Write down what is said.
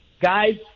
guys